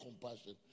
compassion